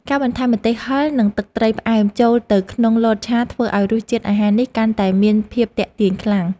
ការបន្ថែមម្ទេសហឹរនិងទឹកត្រីផ្អែមចូលទៅក្នុងលតឆាធ្វើឱ្យរសជាតិអាហារនេះកាន់តែមានភាពទាក់ទាញខ្លាំង។